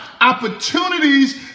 opportunities